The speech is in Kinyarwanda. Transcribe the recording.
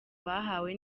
bahawe